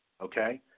okay